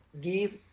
give